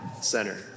center